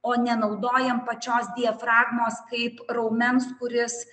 o nenaudojam pačios diafragmos kaip raumens kuris